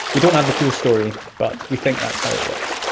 we don't have the full story, but we think that's how it works.